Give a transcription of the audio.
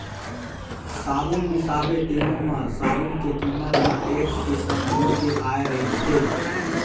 साबून बिसाबे तेनो म साबून के कीमत ह टेक्स के संग जुड़ के आय रहिथे